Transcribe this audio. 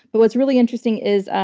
but what's really interesting is